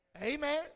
Amen